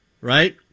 right